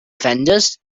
vendors